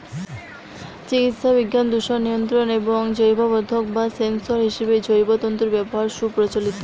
চিকিৎসাবিজ্ঞান, দূষণ নিয়ন্ত্রণ এবং জৈববোধক বা সেন্সর হিসেবে জৈব তন্তুর ব্যবহার সুপ্রচলিত